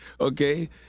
Okay